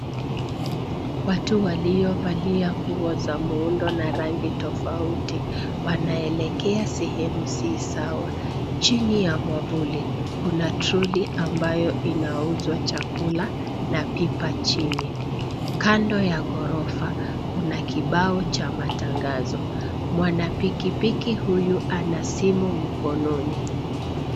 Watu waliovalia nguo za muundo na rangi tofauti wanaelekea sehemu si sawa. Chini ya mwavuli kuna toroli ambayo inauzwa chakula na pipa chini. Kando ya gorofa kuna kibao cha matangazo. Mwanapikipiki huyu ana simu mkononi.